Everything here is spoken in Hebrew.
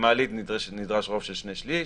למעלית נדרש רוב של שני-שליש,